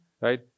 right